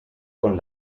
con